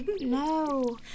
No